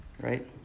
right